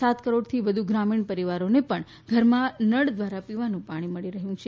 સાત કરોડથી વધુ ગ્રામિણ પરિવારોને પણ ઘરમાં નળ દ્વારા પીવાનું પાણી મળી રહ્યું છે